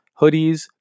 hoodies